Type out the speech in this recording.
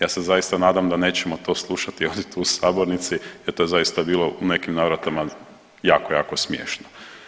Ja se zaista nadam da nećemo to slušati ovdje tu u sabornici jer je to zaista bilo u nekim navratima jako, jako smiješno.